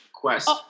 quest